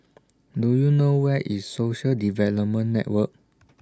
Do YOU know Where IS Social Development Network